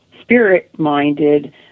spirit-minded